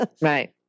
Right